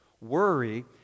Worry